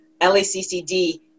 LACCD